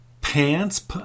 Pants